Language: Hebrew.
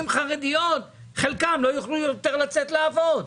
החרדיות לא יוכלו יותר לצאת לעבודה.